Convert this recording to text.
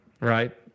right